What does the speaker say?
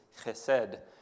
chesed